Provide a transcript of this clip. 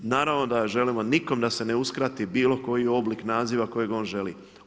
Naravno da želimo nikom da se ne uskrati bilo koji oblik naziva kojeg on želi.